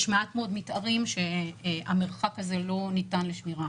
יש מעט מאוד מתארים שהמרחק הזה לא ניתן לשמירה.